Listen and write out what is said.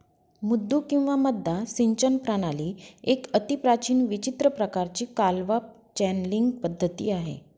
मुद्दू किंवा मद्दा सिंचन प्रणाली एक अतिप्राचीन विचित्र प्रकाराची कालवा चॅनलींग पद्धती आहे